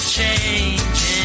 changing